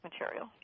material